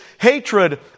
hatred